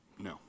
No